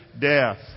death